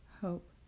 hope